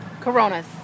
Coronas